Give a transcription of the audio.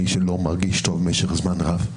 מי שלא מרגיש טוב במשך זמן רב,